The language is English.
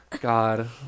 God